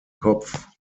kopf